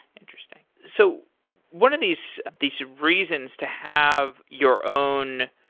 interesting. so one of these these reasons to have your own